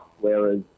whereas